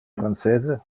francese